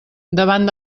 davant